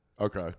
Okay